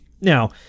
Now